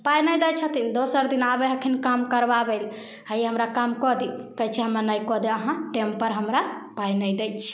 पाइ नहि दै छथिन दोसर दिन आबै हखिन काम करबाबैलए हेयै हमरा काम कऽ दिअऽ कहै छिए हमऽ नहि कऽ देब अहाँ टेमपर हमरा पाइ नहि दै छी